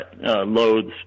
loads